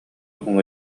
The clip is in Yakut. уҥа